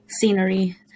scenery